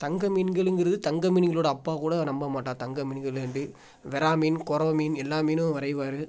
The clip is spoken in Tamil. தங்க மீன்களுங்கிறது தங்க மீனுங்களோட அப்பா கூட நம்பமாட்டார் தங்க மீன்கள் என்று வெரா மீன் கொரவ மீன் எல்லா மீனும் வரைவார்